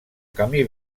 camí